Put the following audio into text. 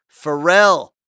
Pharrell